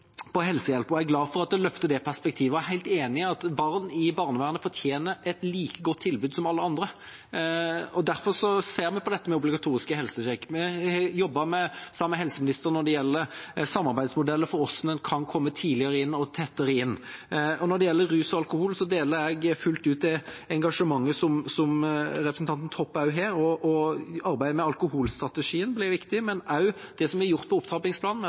helsehjelp, og jeg er glad for at hun løfter fram det perspektivet. Jeg er helt enig i at barn i barnevernet fortjener et like godt tilbud som alle andre. Derfor ser vi på dette med obligatorisk helsesjekk. Jeg har jobbet sammen med helseministeren når det gjelder samarbeidsmodeller for hvordan en kan komme tidligere inn og tettere inn. Når det gjelder rus og alkohol, deler jeg fullt ut representanten Toppes engasjement. Arbeidet med alkoholstrategien blir viktig, men også det som er gjort med opptrappingsplanen